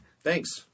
thanks